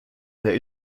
einer